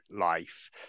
life